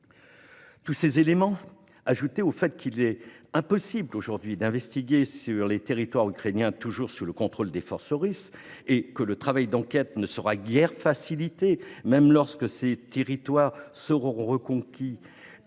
colonies sans retour. Même s'il est impossible aujourd'hui d'investiguer dans les territoires ukrainiens toujours sous contrôle des forces russes et si le travail d'enquête ne sera guère facilité lorsque ces territoires seront reconquis,